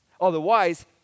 Otherwise